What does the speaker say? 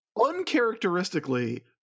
uncharacteristically